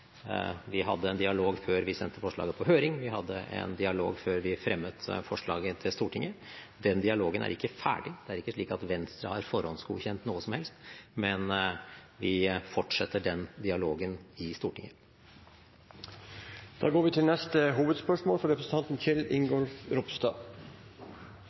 Vi hadde en dialog før vi sendte forslaget på høring. Vi hadde en dialog før vi fremmet forslaget til Stortinget. Den dialogen er ikke ferdig. Det er ikke slik at Venstre har forhåndsgodkjent noe som helst, men vi fortsetter den dialogen i Stortinget. Vi går til neste hovedspørsmål.